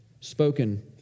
spoken